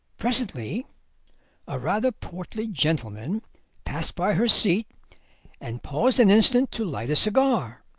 presently a rather portly gentleman passed by her seat and paused an instant to light a cigar.